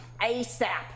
ASAP